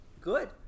Good